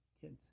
kids